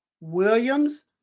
Williams